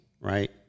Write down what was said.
Right